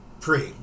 pre